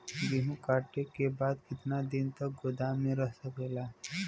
गेहूँ कांटे के बाद कितना दिन तक गोदाम में रह सकेला?